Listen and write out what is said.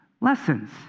lessons